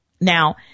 Now